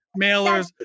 mailers